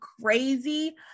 crazy